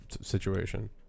situation